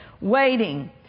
waiting